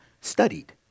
studied